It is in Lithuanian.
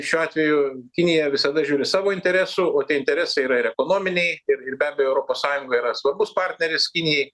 šiuo atveju kinija visada žiūri savo interesų o tie interesai yra ir ekonominiai ir ir be abejo europos sąjunga yra svarbus partneris kinijai